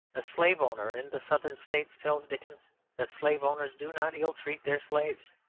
a slave-owner in the southern states tells dickens that slave-owners do not ill-treat their slaves,